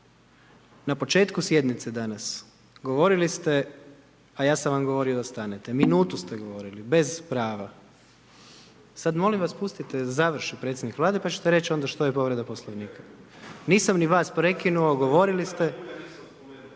Na početku sjednice danas, govorili ste a ja sam vam govorio da stanete. Minutu ste govorili, bez prava. Sada molim vas pustite da završi predsjednik Vlade pa ćete reći onda što je povreda Poslovnika. Nisam ni vas prekinuo, govorili ste.